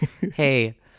Hey